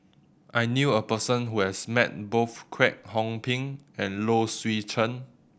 I knew a person who has met both Kwek Hong Png and Low Swee Chen